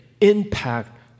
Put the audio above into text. impact